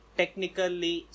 technically